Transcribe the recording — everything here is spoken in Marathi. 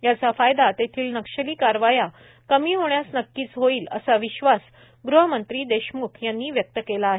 याचा फायदा तेथील नक्षली कारवाया कमी होण्यास नक्कीच होईल असा विश्वास ग़हमंत्री देशम्ख यांनी व्यक्त केला आहे